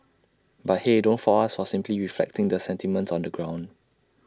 but hey don't fault us for simply reflecting the sentiments on the ground